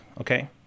Okay